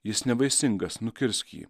jis nevaisingas nukirsk jį